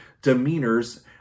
demeanors